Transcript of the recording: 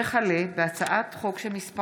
הצעת חוק משק